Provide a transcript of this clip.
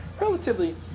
relatively